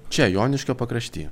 čia joniškio pakrašty